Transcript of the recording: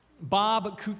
Bob